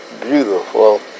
beautiful